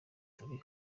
turi